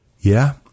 Yeah